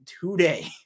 today